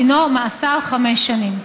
דינו מאסר חמש שנים.